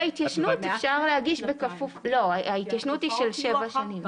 שנתיים זה מעט מאוד כי התופעות יהיו אחר